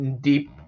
deep